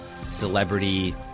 celebrity